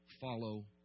follow